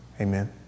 Amen